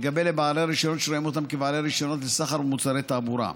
לגבי בעלי הרישיונות שרואים אותם כבעלי רישיונות לסחר במוצרי תעבורה.